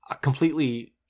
completely